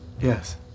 Yes